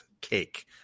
cake